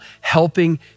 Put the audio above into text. helping